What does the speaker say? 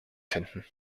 finden